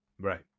right